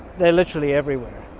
they're literally everywhere